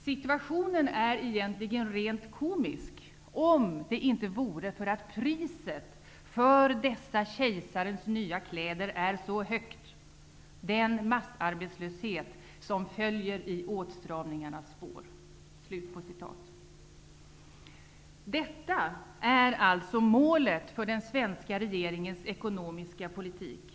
Situationen är egentligen rent komisk om det inte vore för att priset för dessa kejsarens nya kläder är så högt -- den massarbetslöshet som följer i åtstramningens spår.'' Detta är alltså målet för den svenska regeringens ekonomiska politik.